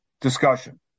discussion